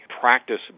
practice